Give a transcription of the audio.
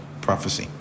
prophecy